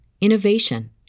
innovation